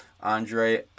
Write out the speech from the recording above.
Andre